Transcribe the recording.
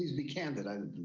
be candid and